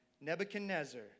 Nebuchadnezzar